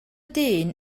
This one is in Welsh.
dyn